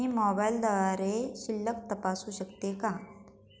मी मोबाइलद्वारे शिल्लक तपासू शकते का?